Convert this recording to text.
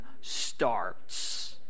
starts